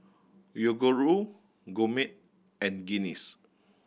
Yoguru Gourmet and Guinness